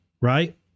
right